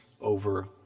over